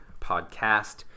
Podcast